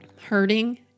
hurting